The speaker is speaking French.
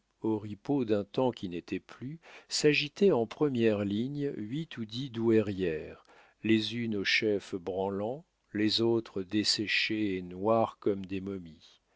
oripeaux d'un temps qui n'était plus s'agitaient en première ligne huit ou dix douairières les unes au chef branlant les autres desséchées et noires comme des momies